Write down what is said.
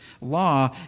law